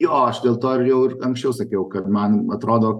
jo aš dėl to ir jau ir anksčiau sakiau kad man atrodo